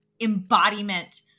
embodiment